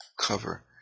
cover